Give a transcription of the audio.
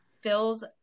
fills